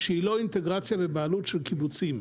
שהיא לא אינטגרציה בבעלות של קיבוצים,